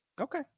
okay